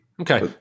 Okay